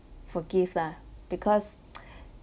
forgive lah because